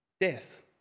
Death